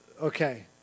okay